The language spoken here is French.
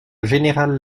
générale